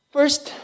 First